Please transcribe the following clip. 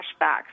flashbacks